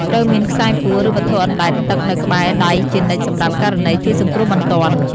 ត្រូវមាន ខ្សែពួរ ឬវត្ថុអណ្តែតទឹកនៅក្បែរដៃជានិច្ចសម្រាប់ករណីជួយសង្គ្រោះបន្ទាន់។